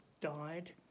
died